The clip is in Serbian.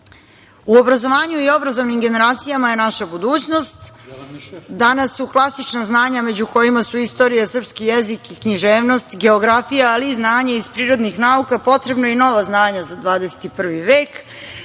obrazovanju i obrazovnim generacijama je naša budućnost. Danas uz klasična znanja, među kojima su istorija, srpski jezik i književnost, geografija, ali i znanje iz prirodnih nauka, potrebna i nova znanja za 21. vek,